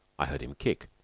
i heard him kick,